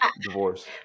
divorce